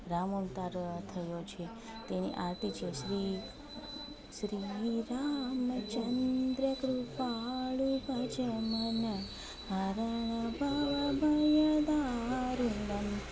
રામ અવતાર થયો છે તેની આરતી છે શ્રી